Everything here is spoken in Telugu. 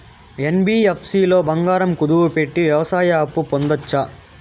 యన్.బి.యఫ్.సి లో బంగారం కుదువు పెట్టి వ్యవసాయ అప్పు పొందొచ్చా?